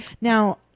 now